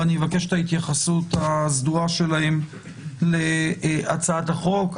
ואני אתייחס את ההתייחסות הסדורה שלכם להצעת החוק.